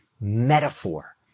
metaphor